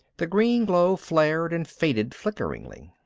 the green glow flared and faded flickeringly.